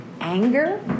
anger